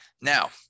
Now